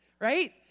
right